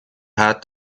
heart